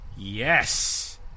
Yes